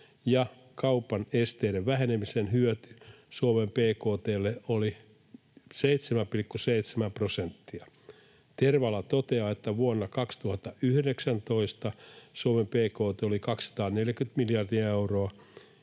kaupan esteiden vähenemisen hyöty Suomen bkt:lle oli 7,7 prosenttia. Tervala toteaa, että vuonna 2019 Suomen bkt oli 240 miljardia euroa